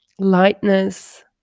lightness